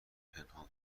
پنهان